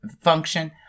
function